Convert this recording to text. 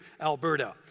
Alberta